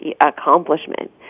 accomplishment